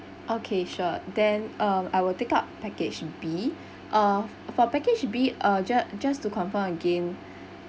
okay sure then uh I will take up package B uh for package B uh ju~ just to confirm again